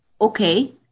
okay